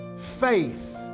faith